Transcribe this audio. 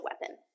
weapon